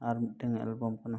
ᱟᱨ ᱢᱤᱫᱴᱮᱱ ᱮᱞᱵᱟᱢ ᱠᱟᱱᱟ